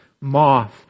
moth